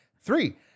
Three